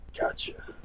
Gotcha